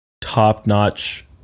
top-notch